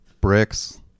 bricks